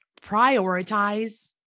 prioritize